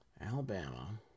alabama